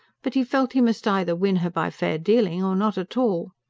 but he felt he must either win her by fair dealing or not at all.